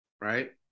Right